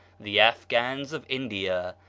the afghans of india,